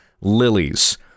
lilies